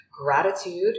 gratitude